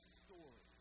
story